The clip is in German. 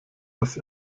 das